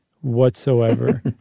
whatsoever